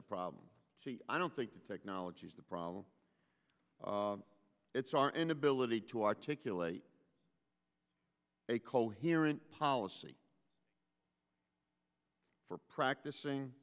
the problem i don't think the technology is the problem it's our inability to articulate a coherent policy for practicing